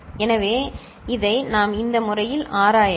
எனவே இதை நாம் இந்த முறையில் ஆராயலாம்